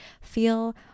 feel